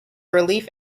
relief